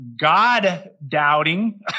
God-doubting